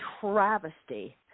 travesty